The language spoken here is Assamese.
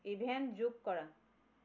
ইভেণ্ট যোগ কৰা